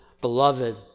beloved